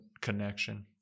connection